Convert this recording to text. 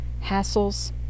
hassles